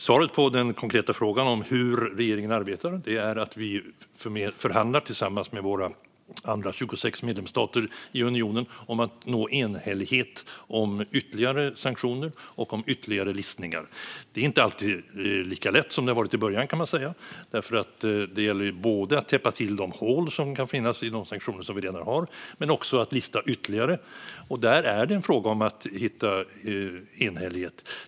Svaret på den konkreta frågan om hur regeringen arbetar är att vi förhandlar tillsammans med våra andra 26 medlemsstater i unionen om att nå enhällighet om ytterligare sanktioner och om ytterligare listningar. Det är inte alltid lika lätt som det var i början, för det gäller både att täppa till de hål som kan finnas i de sanktioner som vi redan har och att lista ytterligare sanktioner. Och där är det en fråga om att hitta enhällighet.